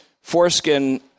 foreskin